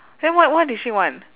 then what what did she want